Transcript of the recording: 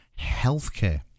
healthcare